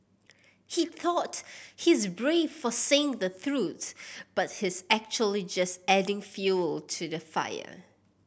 he thought he's brave for saying the truth but he's actually just adding fuel to the fire